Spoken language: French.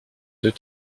deux